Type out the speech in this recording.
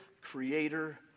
creator